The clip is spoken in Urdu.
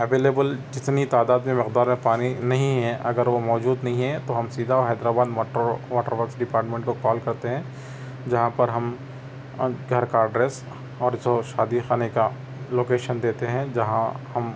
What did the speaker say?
اویلیبل جتنی تعداد میں مقدار میں پانی نہیں ہے اگر وہ موجود نہیں ہے تو ہم سیدھا Hyderabad motor water works department کو کال کرتے ہیں جہاں پر ہم گھر کا ایڈریس اور جو شادی خانے کا لوکیشن دیتے ہیں جہاں ہم